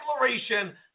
declaration